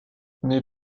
mais